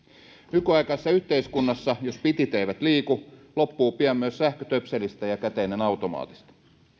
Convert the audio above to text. nykyaikaisessa yhteiskunnassa jos bitit eivät liiku loppuu pian myös sähkö töpselistä ja käteinen automaatista